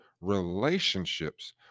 relationships